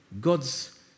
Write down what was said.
God's